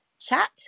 chat